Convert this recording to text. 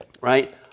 right